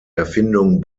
erfindung